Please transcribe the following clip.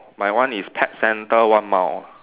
my one is pet centre one mile